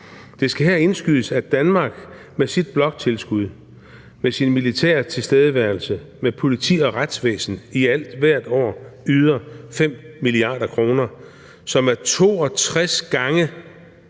Det skal her indskydes, at Danmark med sit bloktilskud – med sin militære tilstedeværelse, med politi og retsvæsen – i alt hvert år yder 5 mia. kr., hvilket er 62 gange